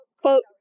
Quote